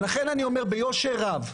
ולכן אני אומר ביושר רב: